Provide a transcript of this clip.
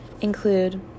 include